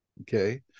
Okay